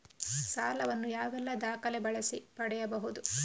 ಸಾಲ ವನ್ನು ಯಾವೆಲ್ಲ ದಾಖಲೆ ಬಳಸಿ ಪಡೆಯಬಹುದು?